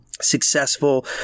successful